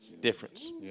difference